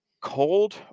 cold